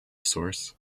source